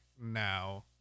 now